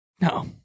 No